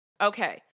Okay